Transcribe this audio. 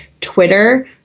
Twitter